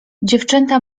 dziewczęta